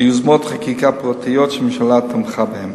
ביוזמות חקיקה פרטיות שהממשלה תמכה בהן.